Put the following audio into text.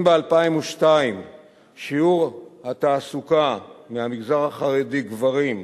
אם ב-2002 שיעור התעסוקה במגזר החרדי, גברים,